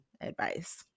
advice